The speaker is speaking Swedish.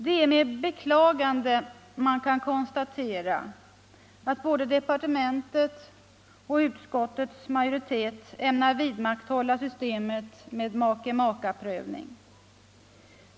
Det är med beklagande man kan konstatera att både departementet och utskottets majoritet ämnar vidmakthålla systemet med make/makaprövning.